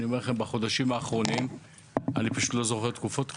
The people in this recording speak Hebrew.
אני באמת לא זוכר תקופות כאלה,